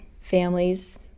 families